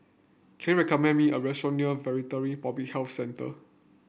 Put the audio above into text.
can you recommend me a restaurant near Veterinary Public Health Centre